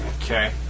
Okay